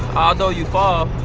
although you fall,